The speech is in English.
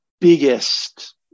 biggest